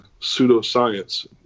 pseudoscience